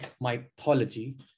mythology